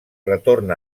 retorn